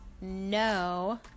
no